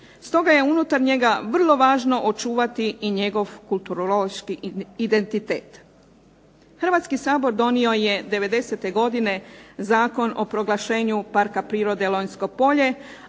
Stoga je unutar njega vrlo važno očuvati i njegov kulturološki identitet. Hrvatski sabor donio je '90-te godine Zakon o proglašenju Parka prirode Lonjsko polje,